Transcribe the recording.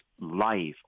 life